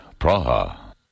Praha